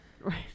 Right